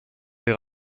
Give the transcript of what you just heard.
des